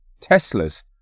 Teslas